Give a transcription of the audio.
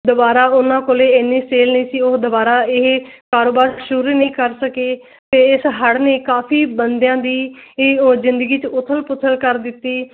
ਦੁਬਾਰਾ ਉਹਨਾਂ ਕੋਲ ਇੰਨੀ ਸੇਲ ਨਹੀਂ ਸੀ ਉਹ ਦੁਬਾਰਾ ਇਹ ਕਾਰੋਬਾਰ ਸ਼ੁਰੂ ਨਹੀਂ ਕਰ ਸਕੇ ਅਤੇ ਇਸ ਹੜ੍ਹ ਨੇ ਕਾਫੀ ਬੰਦਿਆਂ ਦੀ ਇਹ ਉਹ ਜ਼ਿੰਦਗੀ 'ਚ ਉੱਥਲ ਪੁਥਲ ਕਰ ਦਿੱਤੀ ਕਾਫੀ